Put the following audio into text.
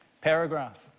paragraph